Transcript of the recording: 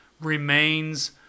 remains